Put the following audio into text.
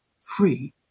free